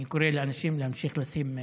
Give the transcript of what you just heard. אני קורא לאנשים להמשיך לשים מסכות.